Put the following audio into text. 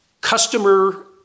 customer